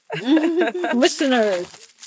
Listeners